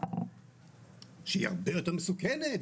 שהיא הרבה יותר מסוכנת,